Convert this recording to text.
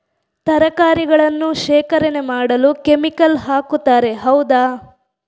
ತರಕಾರಿಗಳನ್ನು ಶೇಖರಣೆ ಮಾಡಲು ಕೆಮಿಕಲ್ ಹಾಕುತಾರೆ ಹೌದ?